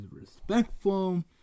respectful